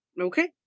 Okay